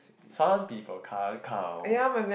some people can't count